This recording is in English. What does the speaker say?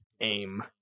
aim